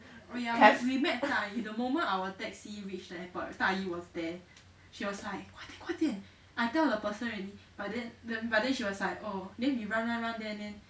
have